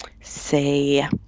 say